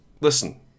Listen